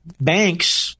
Banks